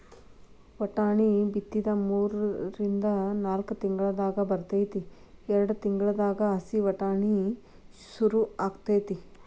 ವಟಾಣಿ ಬಿತ್ತಿದ ಮೂರಿಂದ ನಾಕ್ ತಿಂಗಳದಾಗ ಬರ್ತೈತಿ ಎರ್ಡ್ ತಿಂಗಳದಾಗ ಹಸಿ ವಟಾಣಿ ಸುರು ಅಕೈತಿ